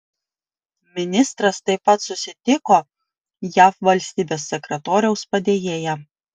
ministras taip pat susitiko jav valstybės sekretoriaus padėjėja